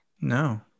No